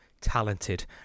talented